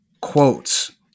quotes